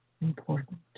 important